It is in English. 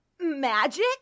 Magic